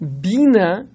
Bina